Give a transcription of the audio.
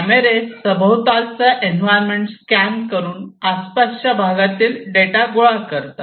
कॅमेरे सभोवतालचा environment scan करून आसपासच्या भागातील डेटा गोळा करतात